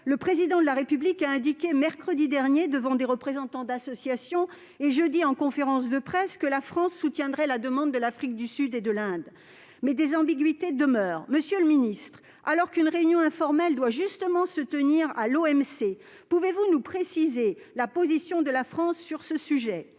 le Président de la République a indiqué, mercredi dernier devant des représentants d'associations, et, jeudi, en conférence de presse, que la France soutiendrait la demande de l'Afrique du Sud et de l'Inde. Néanmoins, des ambiguïtés demeurent. Monsieur le ministre, alors qu'une réunion informelle doit justement se tenir demain à l'OMC, pouvez-vous nous préciser la position de la France sur ce sujet ?